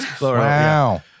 Wow